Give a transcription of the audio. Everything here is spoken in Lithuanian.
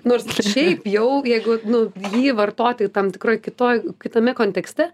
nors šiaip jau jeigu nu jį vartoti tam tikroj kitoj kitame kontekste